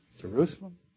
Jerusalem